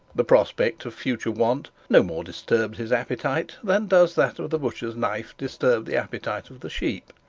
the prospect of future want no more disturbed his appetite than does that of the butcher's knife disturb the appetite of the sheep.